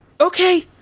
Okay